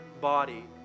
body